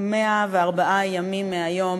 104 ימים מהיום.